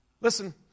Listen